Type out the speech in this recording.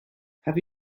have